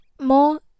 more